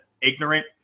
ignorant